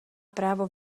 právo